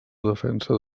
defensa